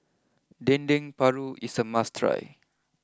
Dendeng Paru is a must try